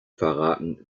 verraten